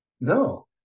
No